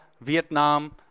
Vietnam